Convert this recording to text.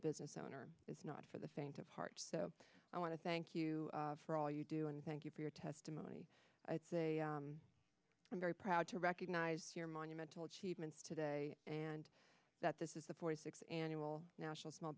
business owner is not for the faint of heart so i want to thank you for all you do and thank you for your testimony it's a i'm very proud to recognize your monumental achievements today and that this is the forty sixth annual national small